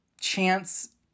chance